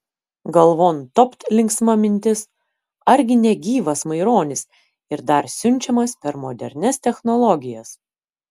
galvon topt linksma mintis argi ne gyvas maironis ir dar siunčiamas per modernias technologijas